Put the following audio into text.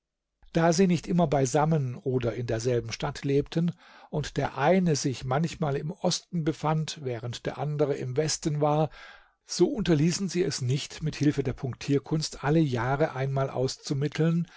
da sie nicht immer beisammen oder in derselben stadt lebten und der eine sich manchmal im osten befand während der andere im westen war so unterließen sie es nicht mit hilfe der punktierkunst alle jahre einmal auszumitteln